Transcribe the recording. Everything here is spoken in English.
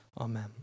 Amen